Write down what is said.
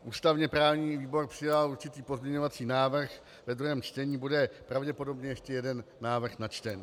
Ústavněprávní výbor přijal určitý pozměňovací návrh, ve druhém čtení bude pravděpodobně ještě jeden návrh načten.